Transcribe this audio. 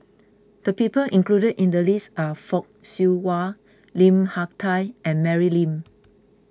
the people included in the list are Fock Siew Wah Lim Hak Tai and Mary Lim